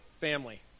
family